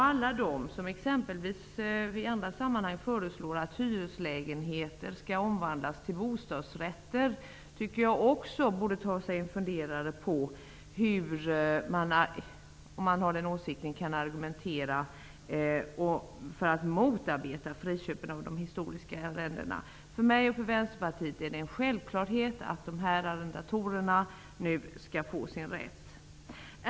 Alla de som i andra sammanhang föreslår exempelvis att hyreslägenheter skall omvandlas till bostadsrätter borde också, tycker jag, ta sig en funderare på hur man -- om man har den åsikten -- kan argumentera mot friköpen av de historiska arrendena. För mig och Vänsterpartiet är det en självklarhet att de här arrendatorerna nu skall få sin rätt.